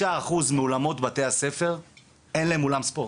ב-66% מבתי הספר אין אולם ספורט.